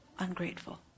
ungrateful